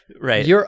Right